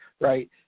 right